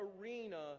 arena